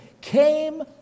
came